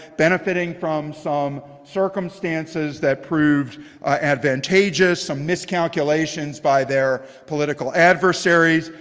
benefiting from some circumstances that proved advantageous, some miscalculations by their political adversaries,